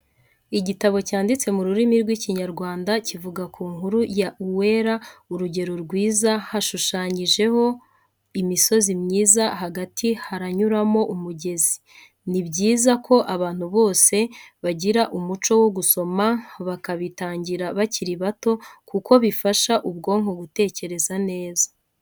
Igitabo cyanditse mu rurimi rw'Ikinyarwanda kivuga ku nkuru ya Uwera Urugero Rwiza, hashushanyijeho imisozi myiza hagati haranyuramo umugezi. Ni byiza ko abantu bose bagira umuco wo gusoma bakabitangira bakiri bito kuko bifasha ubwonko gutekereza neza.